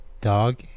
dog